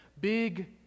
big